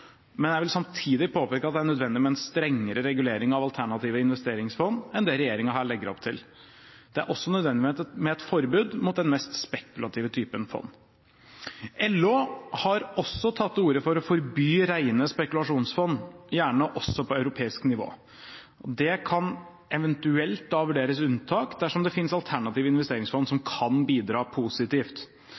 men jeg vil samtidig påpeke at det er nødvendig med en strengere regulering av alternative investeringsfond enn det regjeringen her legger opp til. Det er også nødvendig med et forbud mot den mest spekulative typen fond. LO har også tatt til orde for å forby rene spekulasjonsfond, gjerne også på europeisk nivå. Det kan eventuelt vurderes unntak dersom det finnes alternative investeringsfond som kan bidra positivt.